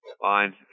Fine